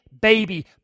baby